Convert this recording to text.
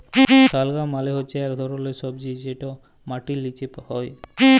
শালগাম মালে হচ্যে ইক ধরলের সবজি যেটা মাটির লিচে হ্যয়